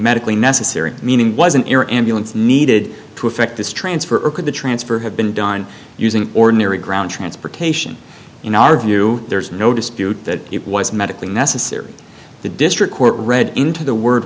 medically necessary meaning was an air ambulance needed to effect this transfer or could the transfer have been done using ordinary ground transportation in our view there's no dispute that it was medically necessary the district court read into the word